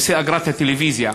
נושא אגרת הטלוויזיה.